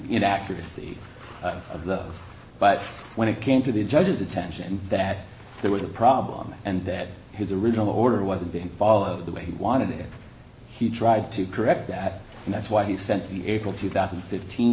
in accuracy of the but when it came to the judge's attention that there was a problem and that his original order wasn't being followed the way he wanted it he tried to correct that and that's why he sent the april two thousand and fifteen